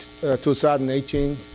2018